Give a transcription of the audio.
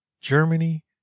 Germany